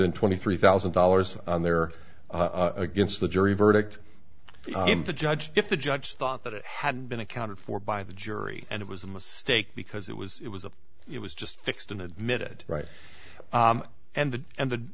and twenty three thousand dollars there against the jury verdict the judge if the judge thought that it had been accounted for by the jury and it was a mistake because it was it was a it was just fixed and admitted right and the and the